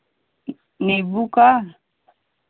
नींबू का